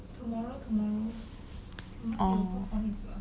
oh